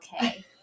okay